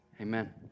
Amen